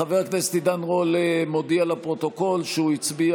חבר הכנסת עידן רול מודיע לפרוטוקול שהוא הצביע